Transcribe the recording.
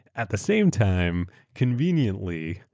at the same time, conveniently,